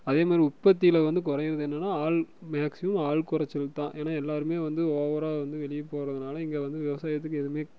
அதே மாரி உற்பத்தியில வந்து குறையிறது என்னென்னா ஆள் மேக்சிமம் ஆள் குறைச்சல் தான் ஏன்னா எல்லாருமே வந்து ஓவராக வந்து வெளியே போகறதுனால இங்கே வந்து விவசாயத்துக்கு எதுவுமே